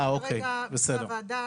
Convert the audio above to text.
אוקיי, בסדר.